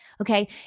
Okay